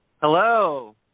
Hello